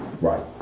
right